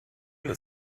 that